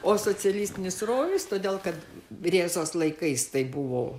o socialistinis rojus todėl kad rėzos laikais tai buvo